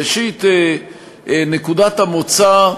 ראשית, נקודת המוצא,